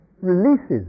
releases